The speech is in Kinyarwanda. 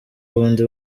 ububi